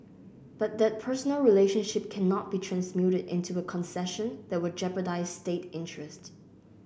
but that personal relationship cannot be transmuted into a concession that will jeopardise state interest